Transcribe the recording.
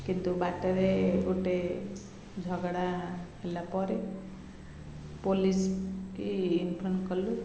କିନ୍ତୁ ବାଟରେ ଗୋଟେ ଝଗଡ଼ା ହେଲା ପରେ ପୋଲିସକୁ ଇନଫର୍ମ କଲୁ